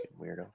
weirdo